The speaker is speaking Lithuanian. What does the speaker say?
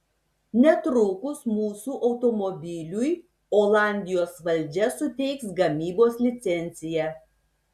netrukus mūsų automobiliui olandijos valdžia suteiks gamybos licenciją